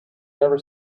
never